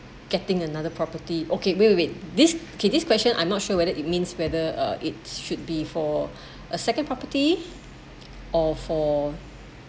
getting another property okay wait wait wait this okay this question I'm not sure whether it means whether uh it should be for a second property or for